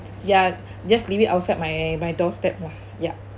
ya just leave it outside my my doorstep lah ya